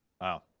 Wow